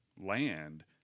Land